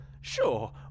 Sure